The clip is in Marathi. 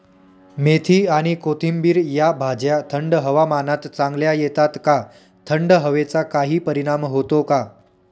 मेथी आणि कोथिंबिर या भाज्या थंड हवामानात चांगल्या येतात का? थंड हवेचा काही परिणाम होतो का?